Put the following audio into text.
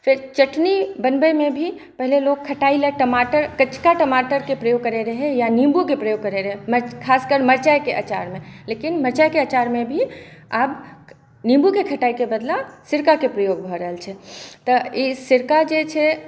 फेर चटनी बनबैमे भी पहिले लोक खटाइ ला टमाटर कचका टमाटरकेँ प्रयोग करै रहै या निम्बुके प्रयोग करै रहै खासकर मरचाइके आचारमे लेकिन मरचाइके आचारमे भी आब निम्बुकेँ खटाइके बदला सिरकाके प्रयोग भऽ रहल छै तऽ ई सिरका जे छै